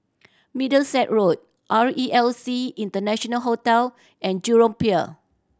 Middlesex Road R E L C International Hotel and Jurong Pier